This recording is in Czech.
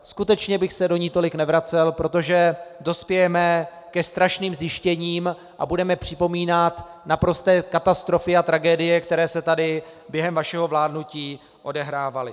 Skutečně bych se do ní tolik nevracel, protože dospějeme ke strašným zjištěním a budeme připomínat naprosté katastrofy a tragédie, které se tu během vašeho vládnutí odehrávaly.